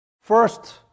first